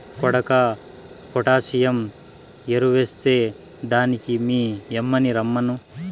కొడుకా పొటాసియం ఎరువెస్తే దానికి మీ యమ్మిని రమ్మను